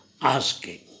asking